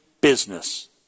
business